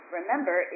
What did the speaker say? remember